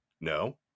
no